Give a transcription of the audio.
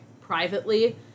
privately